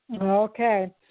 Okay